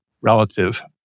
relative